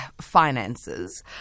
finances